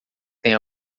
tem